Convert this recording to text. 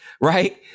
Right